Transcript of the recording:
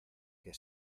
que